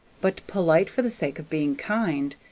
but polite for the sake of being kind,